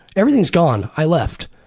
everything is gone. i left.